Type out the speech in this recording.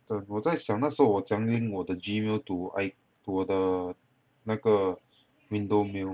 等我在想那时候我怎样 link 我的 gmail to I to 我的那个 window mail